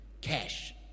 Cash